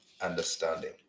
understanding